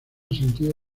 sentido